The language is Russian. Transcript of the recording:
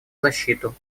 защиту